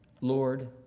Lord